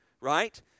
right